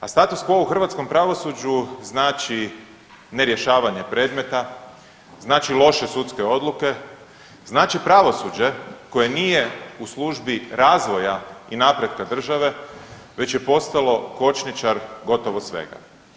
A status quo u hrvatskom pravosuđu znači ne rješavanje predmeta, znači loše sudske odluke, znači pravosuđe koje nije u službi razvoja i napretka države već je postalo kočničar gotovo svega.